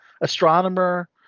astronomer